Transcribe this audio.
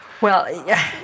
Well-